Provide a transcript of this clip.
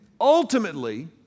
ultimately